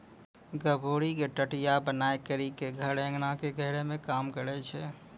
गभोरी के टटया बनाय करी के धर एगन के घेरै मे काम करै छै